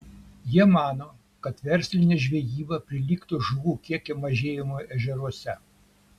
jie mano kad verslinė žvejyba prilygtų žuvų kiekio mažėjimui ežeruose